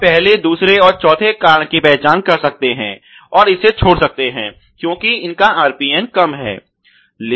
तो हम पहले दूसरे और चौथे कारण की पहचान कर सकते हैं और इसे छोड़ सकते हैं क्योंकि इनका कम RPN है